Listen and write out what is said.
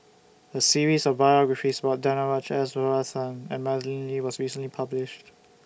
A series of biographies about Danaraj S Varathan and Madeleine Lee was recently published